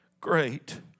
great